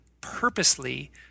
purposely